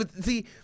see